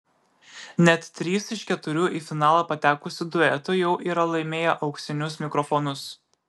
net trys iš keturių į finalą patekusių duetų jau yra laimėję auksinius mikrofonus